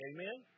Amen